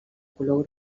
color